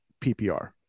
PPR